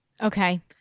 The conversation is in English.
Okay